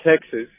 Texas